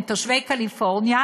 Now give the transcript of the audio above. את תושבי קליפורניה,